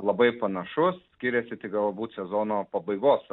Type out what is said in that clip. labai panašus skiriasi tik galbūt sezono pabaigos